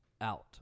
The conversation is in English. out